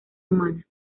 humana